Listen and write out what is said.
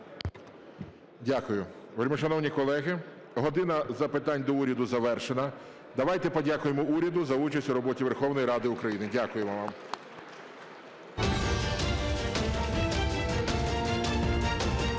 Дякую. Вельмишановні колеги, "година запитань до Уряду" завершена. Давайте подякуємо уряду за участь у роботі Верховної Ради України. Дякуємо вам.